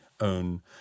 own